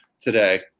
today